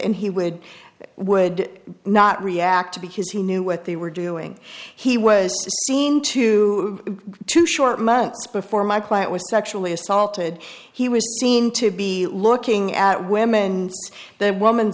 and he would would not react because he knew what they were doing he was seen to be too short months before my client was sexually assaulted he was seen to be looking at women in their woman